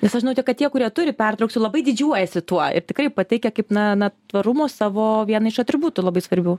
nes aš žinau tik kad tie kurie turi pertrauksiu labai didžiuojasi tuo ir tikrai pateikia kaip na na tvarumo savo vieną iš atributų labai svarbių